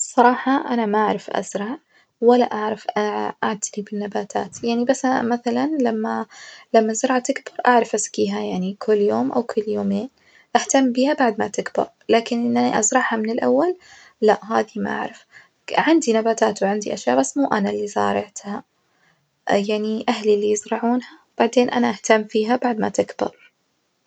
الصراحة أنا ما اعرف أزرع ولا أعرف أعتني بالنباتات يعني بثل مثلًا لما لما الزرعة تكبر أعرف أسجيها يعني كل يوم أو كل يومين، أهتم بيها بعد ما تكبر لكن أزرعها من الأول لأ هذي ما أعرف ك عندي نباتات وعندي أشياء بس مو أنا اللي زارعتها يعني أهلي اللي يزرعونها بعدين أنا أهتم فيها بعد ما تكبر.